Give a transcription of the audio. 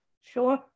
sure